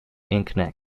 internet